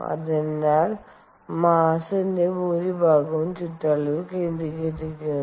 അതിനാൽ മാസ്സ്ന്റെ ഭൂരിഭാഗവും ചുറ്റളവിൽ കേന്ദ്രീകരിച്ചു